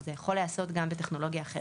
זה יכול להיעשות גם בטכנולוגיה אחרת,